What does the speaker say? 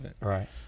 Right